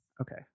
okay